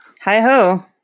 Hi-ho